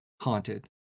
haunted